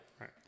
Right